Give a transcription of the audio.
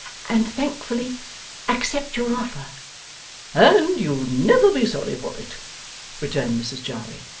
and thankfully accept your offer and you'll never be sorry for it returned mrs jarley.